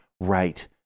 right